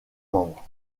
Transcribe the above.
membres